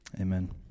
Amen